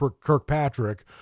Kirkpatrick